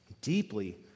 deeply